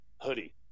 Hoodie